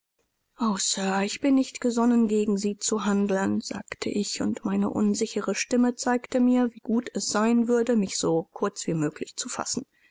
ich bin nicht gesonnen gegen sie zu handeln sagte ich und meine unsichere stimme zeigte mir wie gut es sein würde mich so kurz wie möglich zu fassen